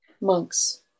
monks